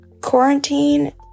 Quarantine